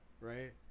right